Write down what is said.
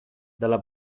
dalla